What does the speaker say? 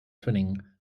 twinning